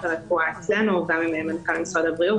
הרפואה אצלנו וגם עם מנכ"ל משרד הבריאות,